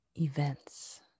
events